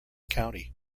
county